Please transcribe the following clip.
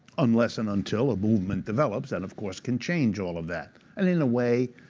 unless and until a movement develops, that of course can change all of that. and in a way,